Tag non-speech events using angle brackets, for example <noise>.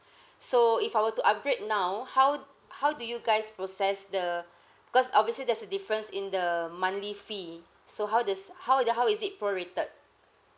<breath> so if I were to upgrade now how d~ how do you guys process the <breath> because obviously there's a difference in the monthly fee so how does how are the how is it prorated